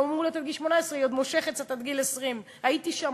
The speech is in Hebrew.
זה אמור להיות עד גיל 18 והיא עוד מושכת קצת עד גיל 20. הייתי שם,